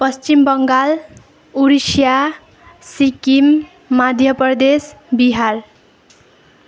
Paschim Bangal Odisha Sikkim Madhya Pradesh Bihar